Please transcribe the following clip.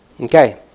Okay